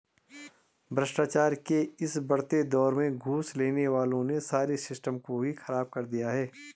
भ्रष्टाचार के इस बढ़ते दौर में घूस लेने वालों ने सारे सिस्टम को ही खराब कर दिया है